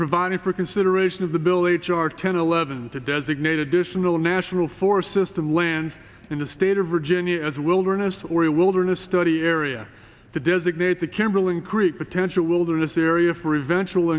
providing for consideration of the bill it's our ten eleven to designate additional national forest system lands in the state of virginia as wilderness or a wilderness study area to designate the kimberlin creek potential wilderness area for eventual